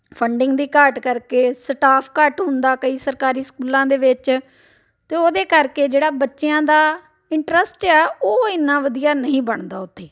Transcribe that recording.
funding ਦੀ ਘਾਟ ਕਰਕੇ ਸਟਾਫ ਘੱਟ ਹੁੰਦਾ ਕਈ ਸਰਕਾਰੀ ਸਕੂਲਾਂ ਦੇ ਵਿੱਚ ਅਤੇ ਉਹਦੇ ਕਰਕੇ ਜਿਹੜਾ ਬੱਚਿਆਂ ਦਾ ਇੰਟਰਸਟ ਆ ਉਹ ਇੰਨਾ ਵਧੀਆ ਨਹੀਂ ਬਣਦਾ ਉੱਥੇ